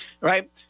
right